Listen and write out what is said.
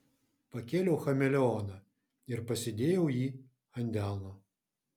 pakėliau chameleoną ir pasidėjau jį ant delno